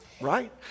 Right